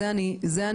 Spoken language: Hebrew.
את זה אני מקבלת.